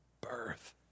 birth